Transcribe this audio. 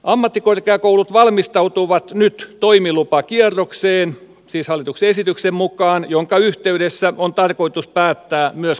ammattikorkeakoulut valmistautuvat nyt toimilupakierrokseen siis hallituksen esityksen mukaan jonka yhteydessä on tarkoitus päättää myös koulutusvastuista